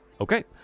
Okay